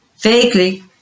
Vaguely